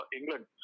england